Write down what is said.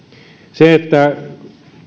se että